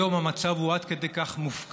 היום המצב הוא עד כדי כך מופקר,